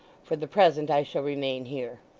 for the present, i shall remain here